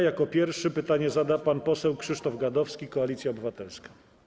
Jako pierwszy pytanie zada pan poseł Krzysztof Gadowski, Koalicja Obywatelska.